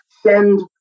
send